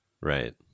Right